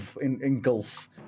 engulf